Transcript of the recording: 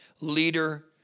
leader